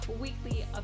weekly